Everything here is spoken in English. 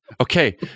Okay